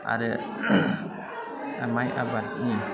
आरो माइ आबादनि